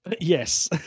Yes